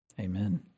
Amen